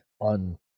on